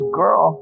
girl